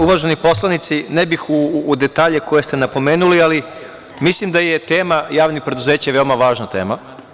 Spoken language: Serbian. Uvaženi poslanici, ne bih u detalje koje ste napomenuli, ali mislim da je tema javnih preduzeća veoma važna tema.